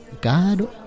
God